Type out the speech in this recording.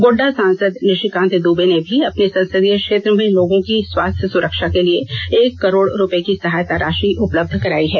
गोड्डा सांसद निषिकांत दूबे ने भी अपने संसदीय क्षेत्र में लोगों की स्वास्थ्य सुरक्षा के लिए एक करोड़ रुपये की सहायता राषि उपलब्ध करायी है